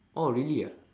oh really ah